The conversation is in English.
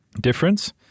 difference